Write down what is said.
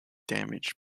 damaged